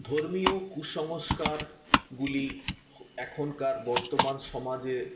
ধর্মীয় কুসংস্কারগুলি এখনকার বর্তমান সমাজে